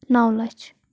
نَو لَچھ